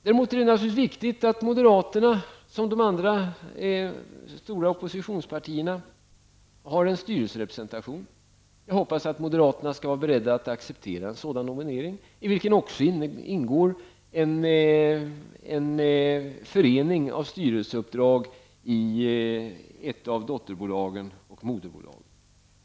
Däremot är det naturligtvis viktigt att moderaterna som de andra stora oppositionspartierna, har en styrelserepresentation. Jag hoppas att moderaterna är beredda att acceptera en sådan nominering i vilken också ingår en förening av styrelseuppdrag i ett av dotterbolagen och moderbolaget.